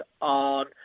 on